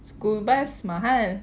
school bus mahal